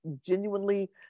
genuinely